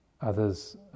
Others